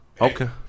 Okay